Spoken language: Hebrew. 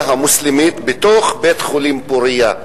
המוסלמית בתוך בית-החולים "פורייה",